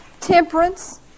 temperance